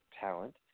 talent